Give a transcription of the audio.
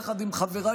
יחד עם חבריי,